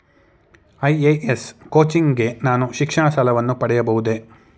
IAS coaching ಗೆ ನಾನು ಶಿಕ್ಷಣ ಸಾಲವನ್ನು ಪಡೆಯಬಹುದೇ?